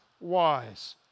wise